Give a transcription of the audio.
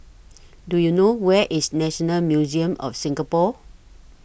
Do YOU know Where IS National Museum of Singapore